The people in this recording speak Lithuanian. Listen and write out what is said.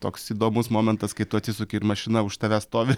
toks įdomus momentas kai tu atsisuki ir mašina už tavęs stovi